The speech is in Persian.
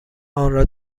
آنرا